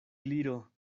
gliro